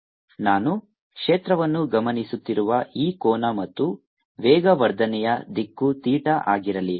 ನಾನು ಕ್ಷೇತ್ರವನ್ನು ಗಮನಿಸುತ್ತಿರುವ ಈ ಕೋನ ಮತ್ತು ವೇಗವರ್ಧನೆಯ ದಿಕ್ಕು ಥೀಟಾ ಆಗಿರಲಿ